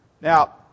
Now